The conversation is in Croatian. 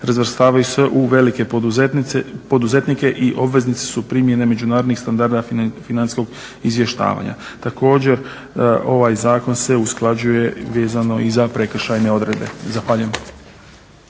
razvrstavaju se u velike poduzetnike i obveznici su primjene međunarodnih standarda financijskog izvještavanja. Također, ovaj zakon se usklađuje vezano i za prekršajne odredbe. Zahvaljujem.